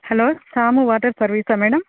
hello సాము water సర్వీసా madam